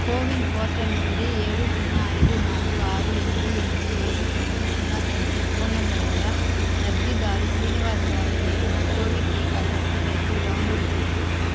CoWIN portal నుండి ఏడు సున్నా ఐదు నాలుగు ఆరు ఎనిమిది ఎనిమిది ఏడు తొమ్మిది సున్నా తొమ్మిది ఫోన్ నంబరు గల లబ్ధిదారు శ్రీనివాస్ రావు పేరున కోవిడ్ టీకా సర్టిఫికేట్ డౌన్లోడ్ చేయి